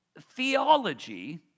theology